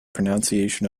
pronunciation